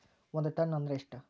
ಒಂದ್ ಟನ್ ಅಂದ್ರ ಎಷ್ಟ?